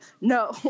No